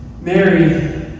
Mary